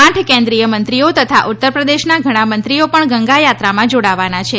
આઠ કેન્દ્રીય મંત્રીઓ તથા ઉત્તરપ્રદેશના ઘણા મંત્રીઓ પણ ગંગા યાત્રામાં જોડાવાના છે